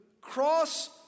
cross-